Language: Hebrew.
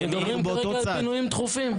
אנחנו מדברים על פינויים דחופים.